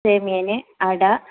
സേമിയം അട